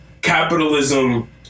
capitalism